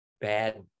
bad